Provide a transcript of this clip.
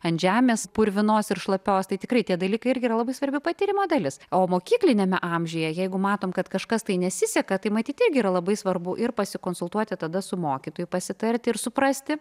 ant žemės purvinos ir šlapios tai tikrai tie dalykai irgi yra labai svarbi patyrimo dalis o mokykliniame amžiuje jeigu matom kad kažkas tai nesiseka tai matyt yra labai svarbu ir pasikonsultuoti tada su mokytoju pasitarti ir suprasti